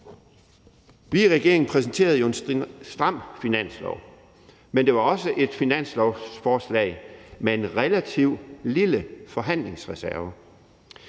Vi i regeringen præsenterede jo en stram finanslov, men det var også et finanslovsforslag med en relativt lille forhandlingsreserve.